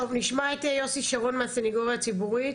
טוב, נשמע את יוסי שרון מהסנגוריה הציבורית.